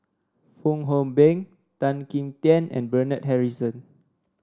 Fong Hoe Beng Tan Kim Tian and Bernard Harrison